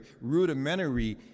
rudimentary